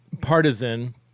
partisan